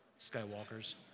skywalkers